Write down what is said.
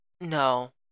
No